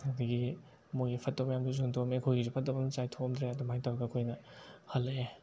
ꯑꯗꯒꯤ ꯃꯣꯏꯒꯤ ꯐꯠꯇꯕ ꯃꯌꯥꯝꯗꯨꯁꯨ ꯍꯨꯟꯇꯣꯛꯑꯝꯃꯦ ꯑꯩꯈꯣꯏꯒꯤꯁꯨ ꯐꯠꯇꯕ ꯑꯃꯇ ꯆꯥꯏꯊꯣꯛꯑꯝꯗ꯭ꯔꯦ ꯑꯗꯨꯃꯥꯏꯅ ꯇꯧꯔꯒ ꯑꯩꯈꯣꯏꯅ ꯍꯜꯂꯛꯑꯦ